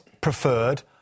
preferred